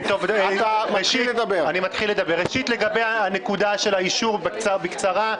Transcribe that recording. ראשית, לגבי הנקודה של האישור בקצרה.